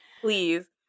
Please